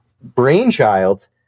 brainchild